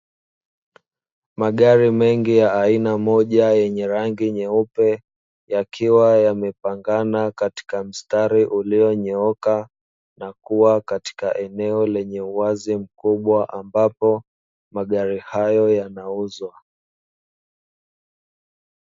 Magari mengi ya aina moja yenye rangi nyeupe yakiwa yamepangana katika msitari ulionyooka, na kuwa katika eneo lenye uwazi mkubwa ambapo magari hayo yanauzwa.